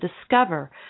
discover